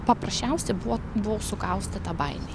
paprasčiausia buvo buvau sukaustyta baimėj